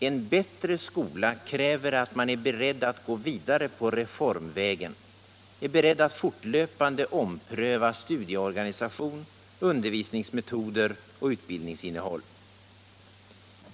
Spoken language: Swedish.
En bättre skola kräver att man är beredd att gå vidare på reformvägen, är beredd att fortlöpande ompröva studieorganisation, undervisningsmetoder och utbildningsinnehåll.